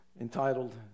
Entitled